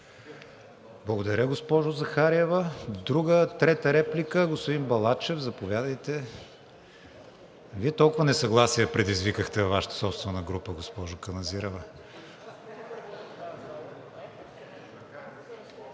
Благодаря, госпожо Захариева. Трета реплика – господин Балачев, заповядайте. Вие толкова несъгласие предизвикахте във Вашата собствена група, госпожо Каназирева.